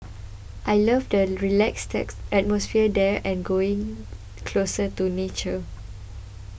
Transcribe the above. I love the relaxed atmosphere there and being closer to nature